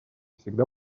всегда